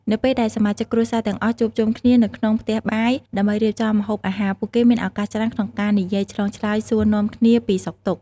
នៅពេលដែលសមាជិកគ្រួសារទាំងអស់ជួបជុំគ្នានៅក្នុងផ្ទះបាយដើម្បីរៀបចំម្ហូបអាហារ ពួកគេមានឱកាសច្រើនក្នុងការនិយាយឆ្លងឆ្លើយសួរនាំគ្នាពីសុខទុក្ខ ។